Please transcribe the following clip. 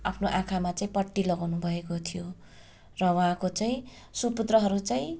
आफ्नो आँखामा चाहिँ पट्टी लगाउनु भएको थियो र उहाँको चाहिँ सुपुत्रहरू चाहिँ